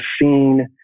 seen